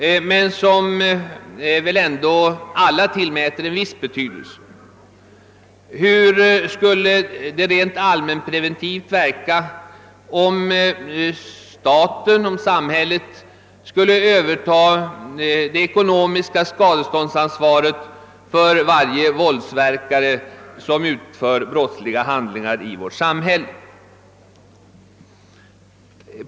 Alla tillmäter den ändå en viss betydelse. Hur skulle det rent allmänpreventivt verka om staten skulle överta det ekonomiska skadeståndsansvaret för varje våldsverkare som utför brottsliga handlingar i vårt samhälle?